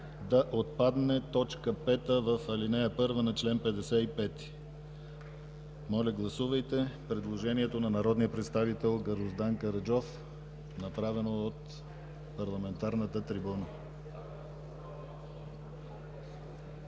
да отпадне т. 5 в ал. 1 на чл. 55. Моля, гласувайте предложението на народния представител Гроздан Караджов, направено от парламентарната трибуна.